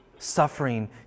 Suffering